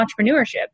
entrepreneurship